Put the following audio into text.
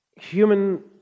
Human